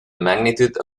magnitude